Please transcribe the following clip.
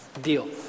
Deal